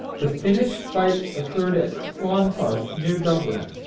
the finish fight occurred at clontarf, near dublin.